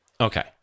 Okay